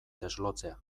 deslotzea